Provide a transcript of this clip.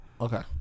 Okay